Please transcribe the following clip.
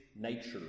nature